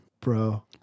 bro